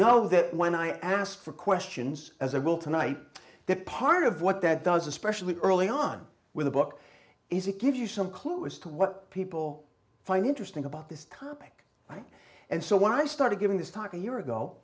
know that when i asked for questions as i will tonight that part of what that does especially early on with a book is it gives you some clue as to what people find interesting about this topic right and so when i started giving this talk to year ago